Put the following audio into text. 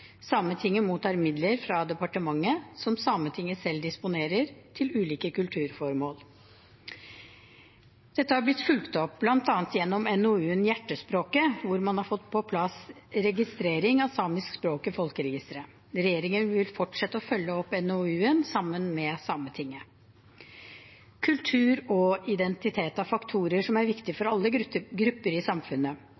Sametinget mottar midler fra departementet som Sametinget selv disponerer til ulike kulturformål. Dette har blitt fulgt opp bl.a. gjennom NOU-en Hjertespråket, hvor man har fått på plass registrering av samiske språk i folkeregisteret. Regjeringen vil fortsette å følge opp NOU-en sammen med Sametinget. Kultur og identitet er faktorer som er